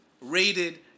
rated